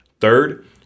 Third